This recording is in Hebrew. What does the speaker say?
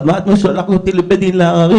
אז למה את שולחת אותי לבית הדין לעררים,